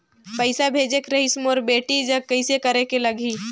पइसा भेजेक रहिस मोर बेटी जग कइसे करेके लगही?